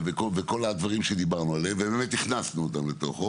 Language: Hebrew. וכל הדברים שדיברנו עליהם ובאמת הכנסנו אותן לתוכו.